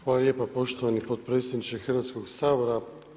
Hvala lijepa poštovani potpredsjedniče Hrvatskoga sabora.